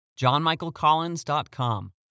johnmichaelcollins.com